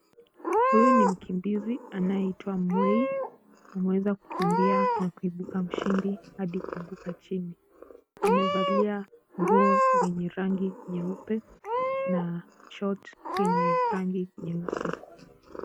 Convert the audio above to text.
Huyu ni mkimbizi anayeitwa Mwei, ameweza kukimbia na kuibuka mshindi hadi kuanguka chini, amevalia nguo lenye rangi nyeupe na shorti yenye rangi nyeusi.